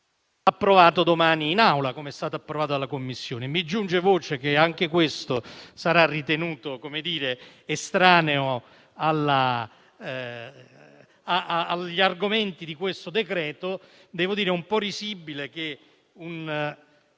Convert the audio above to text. approvato domani in Aula, come è stato approvato dalla Commissione. Mi giunge voce che anche questo sarà ritenuto estraneo agli argomenti di questo decreto. Devo dire che è un po' risibile che